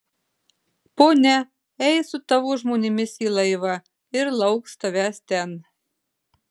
ponia eis su tavo žmonėmis į laivą ir lauks tavęs ten